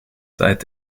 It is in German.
seit